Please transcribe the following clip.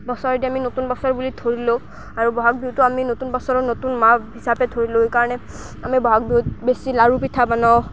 বছৰেদি আমি নতুন বছৰ বুলি ধৰি লওঁ আৰু বহাগ বিহুটো আমি নতুন বছৰৰ নতুন মাহ হিচাপে ধৰি লওঁ এইকাৰণে আমি বহাগ বিহুত বেছি লাড়ু পিঠা বানাওঁ